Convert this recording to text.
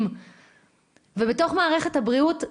בתוך מערכת הבריאות,